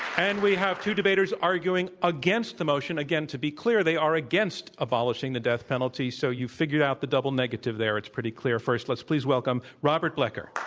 and we have two debaters arguing against the motion. again, to be clear, they are against abolishing the death penalty. so, you figured out the double negative there. it's pretty clear. first, let's please welcome robert blecker.